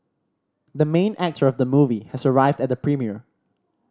the main actor of the movie has arrived at the premiere